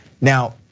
Now